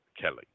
Kelly